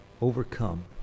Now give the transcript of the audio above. overcome